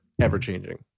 ever-changing